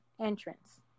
entrance